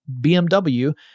BMW